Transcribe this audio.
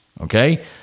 Okay